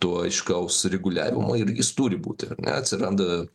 to aiškaus reguliavimo ir jis turi būti ar ne atsiranda